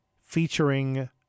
featuring